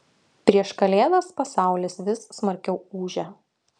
prieš kalėdas pasaulis vis smarkiau ūžia